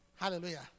Hallelujah